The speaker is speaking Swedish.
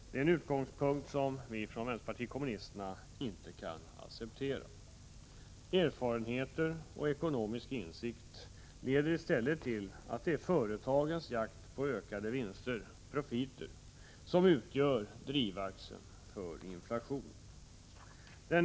Det är en utgångspunkt som vi från vänsterpartiet kommunisterna inte kan acceptera. Erfarenheter och ekonomisk insikt leder i stället till slutsatsen att det är företagens jakt på ökade vinster — profiter — som utgör drivaxeln för inflationen.